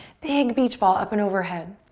big beach ball up and overhead.